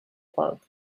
park